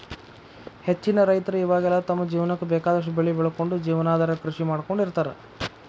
ಹೆಚ್ಚಿನ ರೈತರ ಇವಾಗೆಲ್ಲ ತಮ್ಮ ಜೇವನಕ್ಕ ಬೇಕಾದಷ್ಟ್ ಬೆಳಿ ಬೆಳಕೊಂಡು ಜೇವನಾಧಾರ ಕೃಷಿ ಮಾಡ್ಕೊಂಡ್ ಇರ್ತಾರ